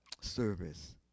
service